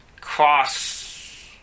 cross